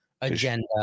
agenda